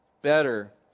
better